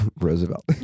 Roosevelt